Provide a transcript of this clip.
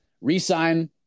Resign